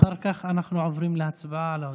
אחר כך אנחנו עוברים להצבעה על ההודעה.